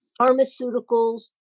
pharmaceuticals